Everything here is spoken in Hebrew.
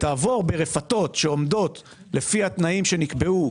תעבור ברפתות שעובדות לפי התנאים שנקבעו,